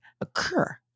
occur